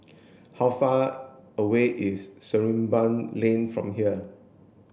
how far away is Sarimbun Lane from here